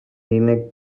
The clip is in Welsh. unig